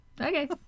Okay